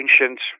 ancient